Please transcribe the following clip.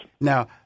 Now